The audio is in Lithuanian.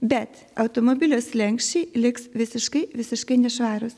bet automobilio slenksčiai liks visiškai visiškai nešvarūs